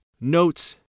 notes